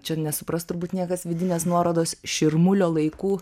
čia nesupras turbūt niekas vidinės nuorodos širmulio laikų